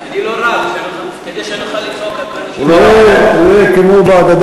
אני לא רב.